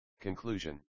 Conclusion